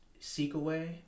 Seekaway